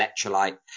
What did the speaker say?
electrolyte